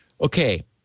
Okay